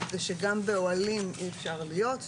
זה שגם באוהלים אי אפשר להיות.